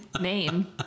name